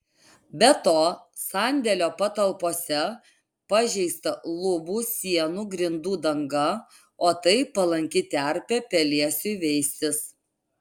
be to sandėlio patalpose pažeista lubų sienų grindų danga o tai palanki terpė pelėsiui veistis